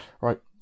right